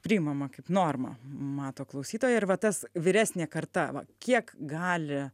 priimama kaip norma mato klausytoja ir va tas vyresnė karta va kiek gali